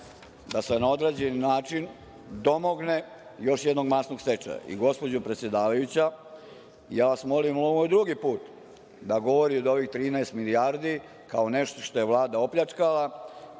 da se na određeni način domogne još jednog masnog stečaja. Gospođo predsedavajuća, ja vas molim, ovo je drugi put da govori o ovih 13 milijardi kao nešto što je Vlada opljačkala